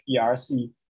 PRC